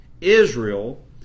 Israel